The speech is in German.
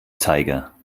zeiger